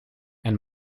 and